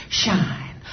shine